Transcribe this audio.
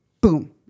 Boom